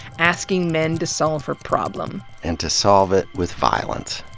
asking men to solve her problem. and to solve it with violence.